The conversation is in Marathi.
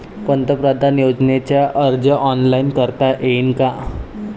पंतप्रधान योजनेचा अर्ज ऑनलाईन करता येईन का?